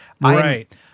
Right